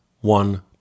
One